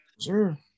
Sure